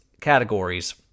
categories